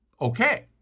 Okay